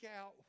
out